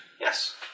Yes